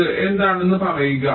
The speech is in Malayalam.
ഇത് എന്താണെന്ന് പറയുക